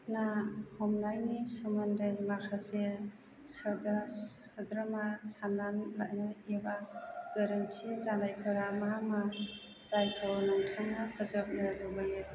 ना हमनायनि सोमोन्दै माखासे साबास सोद्रोमा सान्नानै लायो एबा गोरोन्थि जानायफोरा मा मा जायखौ नोंथाङा फोजोबनो लुबैयो